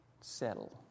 settle